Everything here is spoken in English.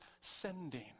sending